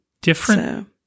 Different